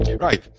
Right